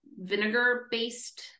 vinegar-based